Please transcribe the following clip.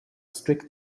strict